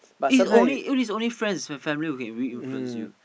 is only is only friends or families who can really influence you